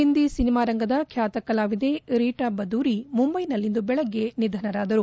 ಹಿಂದಿ ಸಿನಿಮಾರಂಗದ ಬ್ಬಾತ ಕಲಾವಿದೆ ರೀಟಾ ಬದೂರಿ ಮುಂಬೈನಲ್ಲಿಂದು ಬೆಳಗ್ಗೆ ನಿಧನರಾದರು